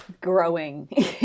growing